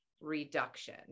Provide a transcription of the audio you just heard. reduction